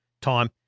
time